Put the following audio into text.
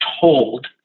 told